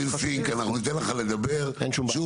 עו"ד פינק אנחנו ניתן לך לדבר שוב,